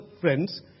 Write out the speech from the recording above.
friends